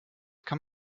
kann